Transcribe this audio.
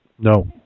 No